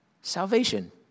Salvation